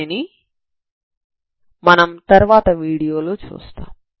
దానిని మనం తర్వాత వీడియో లో చూస్తాం